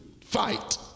fight